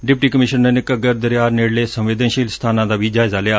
deputy commissioner ਨੇ ਘੱਗਰ ਦਰਿਆ ਨੇੜਲੇ ਸੰਵੇਦਨਸ਼ੀਲ ਸਥਾਨਾਂ ਦਾ ਵੀ ਜਾਇਜ਼ਾ ਲਿਆ